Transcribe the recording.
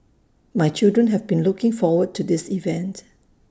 my children have been looking forward to this event